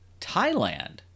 Thailand